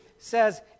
says